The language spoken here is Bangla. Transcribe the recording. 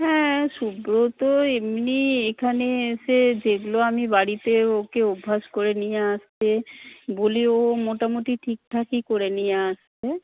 হ্যাঁ সুব্রত এমনিই এখানে এসে যেগুলো আমি বাড়িতে ওকে অভ্যাস করে নিয়ে আসতে বলি ও মোটামুটি ঠিকঠাকই করে নিয়ে আসে